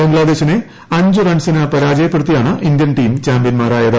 ബംഗ്ലാദേശിനെ അഞ്ചു റൺസിന് പരാജയപ്പെടുത്തിയാണ് ഇന്ത്യൻ ടീം ചാമ്പ്യൻമാരായത്